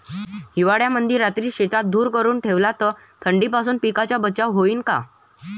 हिवाळ्यामंदी रात्री शेतात धुर करून ठेवला तर थंडीपासून पिकाचा बचाव होईन का?